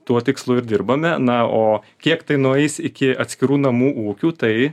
tuo tikslu ir dirbame na o kiek tai nueis iki atskirų namų ūkių tai